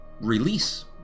release